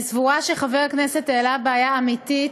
אני סבורה שחבר הכנסת העלה בעיה אמיתית,